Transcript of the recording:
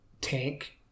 tank